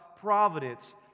providence